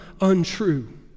untrue